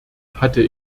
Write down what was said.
hatte